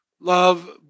Love